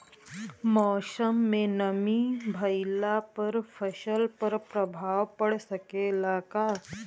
मौसम में नमी भइला पर फसल पर प्रभाव पड़ सकेला का?